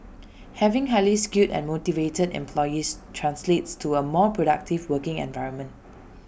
having highly skilled and motivated employees translates to A more productive working environment